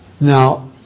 Now